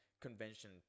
convention